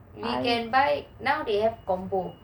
we can buy now they have combo